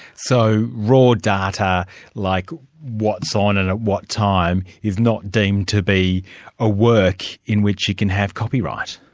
so raw data like what's on and at what time, is not deemed to be a work in which you can have copyright?